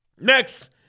Next